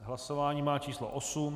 Hlasování má číslo 8.